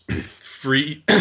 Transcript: free